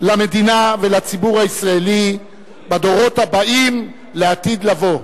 למדינה ולציבור הישראלי בדורות הבאים לעתיד לבוא.